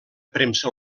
premsa